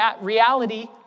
reality